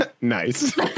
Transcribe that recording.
Nice